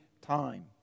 time